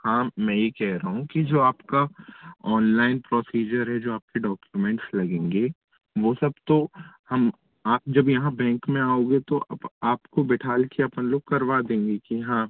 हाँ मैं ये कह रहा हूँ कि जो आपका ऑनलाइन प्रोसीजर है जो आपके डॉक्यूमेंट्स लगेंगे वो सब तो हम आप जब यहाँ बैंक में आओगे तो आप को बैठा के अपन लोग करवा देंगे कि हाँ